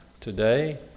today